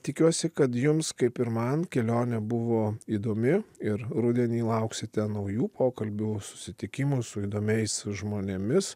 tikiuosi kad jums kaip ir man kelionė buvo įdomi ir rudenį lauksite naujų pokalbių susitikimų su įdomiais žmonėmis